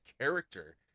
character